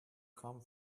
come